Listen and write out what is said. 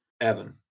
Evan